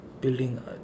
building